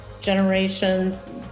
generations